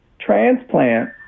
transplant